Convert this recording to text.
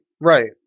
right